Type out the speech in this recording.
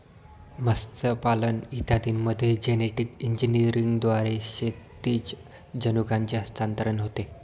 मत्स्यपालन इत्यादींमध्ये जेनेटिक इंजिनिअरिंगद्वारे क्षैतिज जनुकांचे हस्तांतरण होते